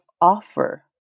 offer